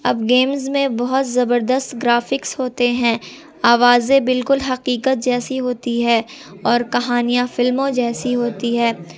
اب گیمز میں بہت زبردست گرافکس ہوتے ہیں آوازیں بالکل حقیقت جیسی ہوتی ہے اور کہانیاں فلموں جیسی ہوتی ہے